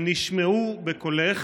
הם נשמעו בקולך,